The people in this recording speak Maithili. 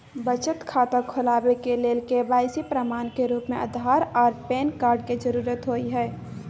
बचत खाता खोलाबय के लेल के.वाइ.सी के प्रमाण के रूप में आधार आर पैन कार्ड के जरुरत होय हय